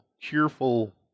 cheerful